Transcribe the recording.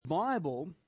bible